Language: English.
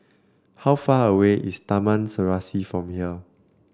how far away is Taman Serasi from here